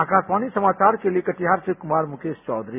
आकाशवाणी समाचार के लिए कटिहार से मुकेश कुमार चौधरी